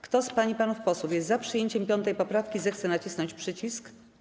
Kto z pań i panów posłów jest za przyjęciem 5. poprawki, zechce nacisnąć przycisk.